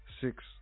six